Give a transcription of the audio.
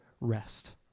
rest